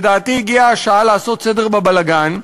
לדעתי, הגיעה השעה לעשות סדר בבלגן.